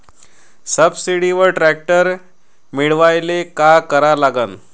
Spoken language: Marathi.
सबसिडीवर ट्रॅक्टर मिळवायले का करा लागन?